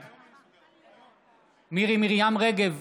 בעד מירי מרים רגב,